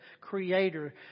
Creator